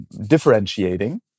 differentiating